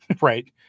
Right